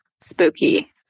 spooky